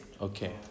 Okay